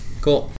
Cool